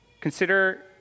Consider